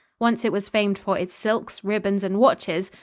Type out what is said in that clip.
once it was famed for its silks, ribbons and watches,